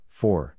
four